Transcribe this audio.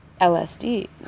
LSD